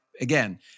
again